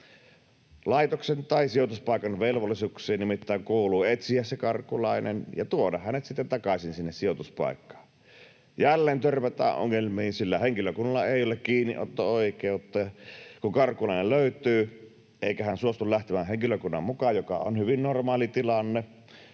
Laitoksen tai sijoituspaikan velvollisuuksiin nimittäin kuuluu etsiä se karkulainen ja tuoda hänet sitten takaisin sinne sijoituspaikkaan. Jälleen törmätään ongelmiin, sillä henkilökunnalla ei ole kiinniotto-oikeutta. Kun karkulainen löytyy eikä hän suostu lähtemään henkilökunnan mukaan, mikä on hyvin normaali tilanne,